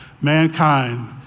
mankind